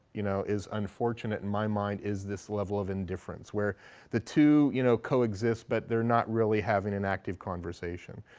you know, is unfortunate and my mind is this level of indifference, where the two, you know, coexist but they're not really having an active conversation.